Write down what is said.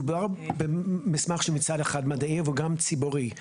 מדובר במסמך שמצד אחד מדעי וגם ציבורי.